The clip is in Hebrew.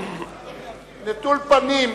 נטול פנים.